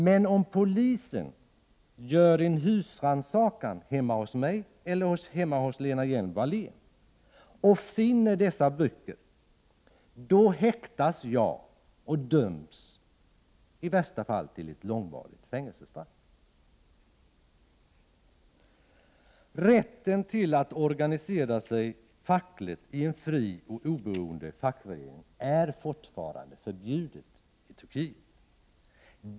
Men om polisen gör husrannsakan hemma hos mig eller Lena Hjelm-Wallén och finner dessa böcker, häktas vi och döms i värsta fall till ett långvarigt fängelsestraff. Att organisera sig fackligt i en fri och oberoende fackförening är fortfarande förbjudet i Turkiet.